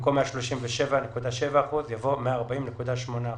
במקום "137.7 אחוזים" יבוא "140.8 אחוזים".